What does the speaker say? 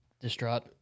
Distraught